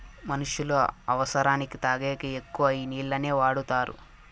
మనుష్యులు అవసరానికి తాగేకి ఎక్కువ ఈ నీళ్లనే వాడుతారు